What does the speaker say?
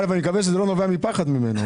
שזה לא נובע מפחד ממנו.